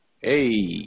Hey